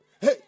Hey